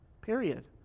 period